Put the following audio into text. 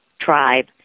tribe